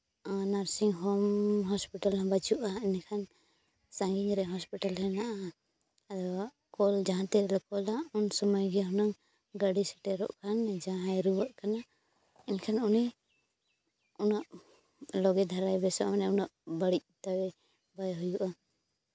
nursing home hospital ᱦᱚᱸ ᱵᱟᱹᱪᱩᱜᱼᱟ ᱮᱸᱰᱮᱠᱷᱟᱱ ᱥᱟᱺᱜᱤᱧ ᱨᱮ ᱦᱚᱥᱯᱤᱴᱟᱞ ᱦᱮᱱᱟᱜᱼᱟ ᱟᱫᱚ ᱠᱚᱞ ᱡᱟᱦᱟᱸ ᱛᱤᱱ ᱨᱮᱢ ᱠᱚᱞᱟ ᱩᱱ ᱥᱚᱢᱚᱭ ᱜᱮ ᱦᱩᱱᱟᱹᱝ ᱜᱟᱹᱰᱤ ᱥᱮᱴᱮᱨᱚᱜᱼᱟ ᱡᱟᱦᱟᱸᱭ ᱨᱩᱣᱟᱹᱜ ᱠᱟᱱᱟᱭ ᱮᱱᱠᱷᱟᱱ ᱩᱱᱤ ᱩᱱᱟᱹᱜ ᱞᱟᱜᱮ ᱫᱷᱟᱨᱟᱭ ᱵᱮᱥᱚᱜᱼᱟ ᱢᱟᱱᱮ ᱩᱱᱟᱹᱜ ᱵᱟᱹᱲᱤᱡ ᱛᱟᱭ ᱵᱟᱭ ᱦᱩᱭᱩᱜᱼᱟ